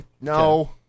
No